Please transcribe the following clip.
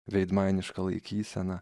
veidmainiška laikysena